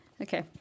Okay